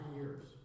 years